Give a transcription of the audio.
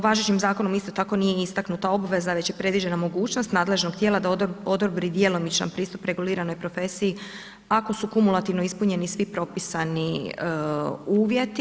Važećim zakonom isto tako nije istaknuta obveza, već je predviđena mogućnost nadležnog tijela da odobri djelomičan pristup reguliranoj profesiji, ako su kumulativno ispunjeni svi propisani uvjeti.